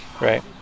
right